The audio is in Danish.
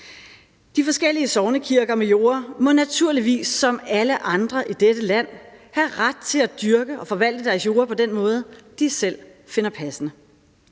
De forskellige sognekirker med jorder må naturligvis som alle andre i dette land have ret til at dyrke og forvalte deres jorder på den måde, de selv finder passende.